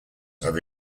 have